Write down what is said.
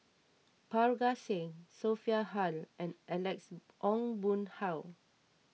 Parga Singh Sophia Hull and Alex Ong Boon Hau